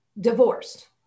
divorced